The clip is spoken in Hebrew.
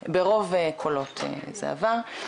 אושר ברוב קולות זה עבר.